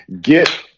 Get